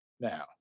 now